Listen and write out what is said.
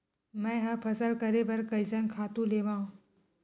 मैं ह फसल करे बर कइसन खातु लेवां?